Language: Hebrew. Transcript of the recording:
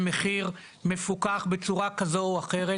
במחיר מפוקח בצורה כזו או אחרת,